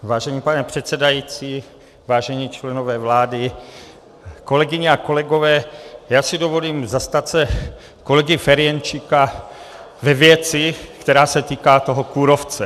Vážený pane předsedající, vážení členové vlády, kolegyně a kolegové, já si dovolím zastat se kolegy Ferjenčíka ve věci, která se týká kůrovce.